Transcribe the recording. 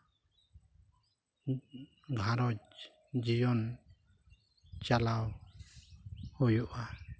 ᱜᱷᱟᱨᱚᱸᱡᱽ ᱡᱤᱭᱚᱱ ᱪᱟᱞᱟᱣ ᱦᱩᱭᱩᱜᱼᱟ